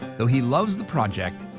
though he loves the project,